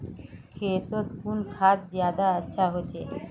खेतोत कुन खाद ज्यादा अच्छा होचे?